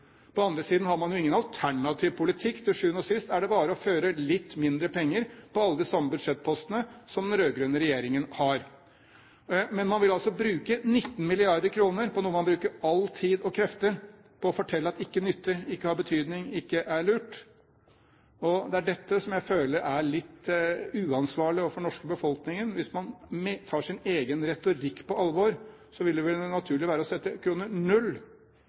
På den andre siden har man jo ingen alternativ politikk. Til sjuende og sist er det bare å føre litt mindre penger på de samme budsjettpostene som den rød-grønne regjeringen har gjort. Men man vil altså bruke 19 mrd. kr på noe som man bruker all tid og alle krefter på å fortelle at ikke nytter, ikke har betydning, ikke er lurt. Det er dette som jeg føler er litt uansvarlig overfor den norske befolkningen. Hvis man tar sin egen retorikk på alvor, ville det vel være naturlig å sette kroner null